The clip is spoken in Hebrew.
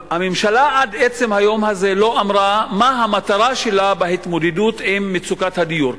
הממשלה עד עצם היום הזה לא אמרה מה המטרה שלה בהתמודדות עם מצוקת הדיור.